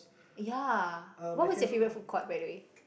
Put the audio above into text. ya what was your favorite food court by the way